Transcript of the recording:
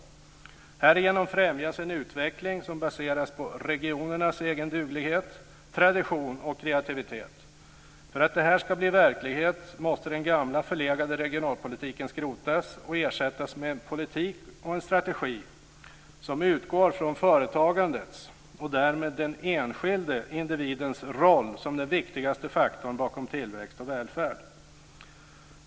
Härigenom främjas en utveckling som baseras på regionernas egen duglighet, tradition och kreativitet. För att det här ska bli verklighet måste den gamla förlegade regionalpolitiken skrotas och ersättas med en politik och en strategi som utgår från företagandets och därmed den enskilda individens roll som den viktigaste faktorn bakom tillväxt och välfärd.